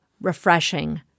refreshing